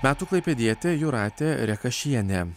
metų klaipėdietė jūratė rekašienė